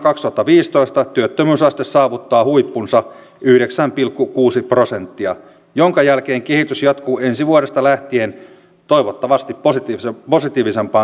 kiitos valtiovarainvaliokunnalle ja kiitos jaostolle työstänne jota olette tehneet ja antaneet osaltanne tukea myös meidän ministerien tulevaan savottaan